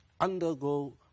undergo